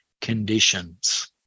conditions